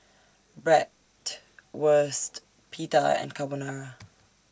Bratwurst Pita and Carbonara